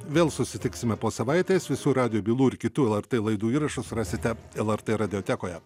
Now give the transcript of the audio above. vėl susitiksime po savaitės visų radijo bylų ir kitų lrt laidų įrašus rasite lrt radiotekoje